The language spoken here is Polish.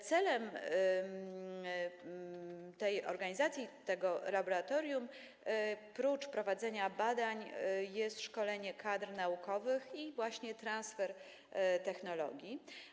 Celem tej organizacji, tego laboratorium prócz prowadzenia badań jest szkolenie kadr naukowych i transfer technologii.